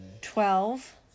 Twelve